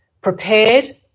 prepared